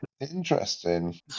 Interesting